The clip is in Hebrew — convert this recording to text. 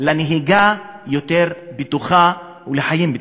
לנהיגה יותר בטוחה ולחיים בטוחים.